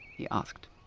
he asked.